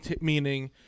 meaning –